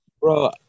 Bro